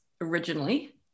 originally